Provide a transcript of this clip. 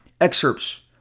excerpts